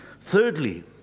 Thirdly